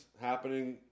happening